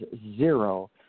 zero